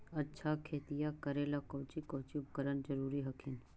अच्छा खेतिया करे ला कौची कौची उपकरण जरूरी हखिन?